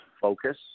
focus